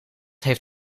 heeft